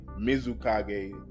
Mizukage